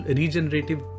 regenerative